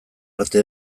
arte